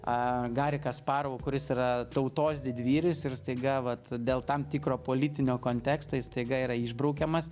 a gari kasparovu kuris yra tautos didvyris ir staiga vat dėl tam tikro politinio konteksto jis staiga yra išbraukiamas